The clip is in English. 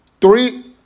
Three